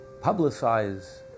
publicize